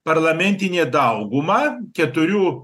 parlamentinė dauguma keturių